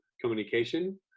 communication